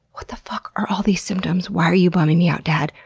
what the fuck are all these symptoms? why are you bumming me out, dad?